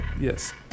Yes